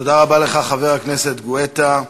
תודה רבה לך, חבר הכנסת גואטה.